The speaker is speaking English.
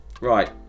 Right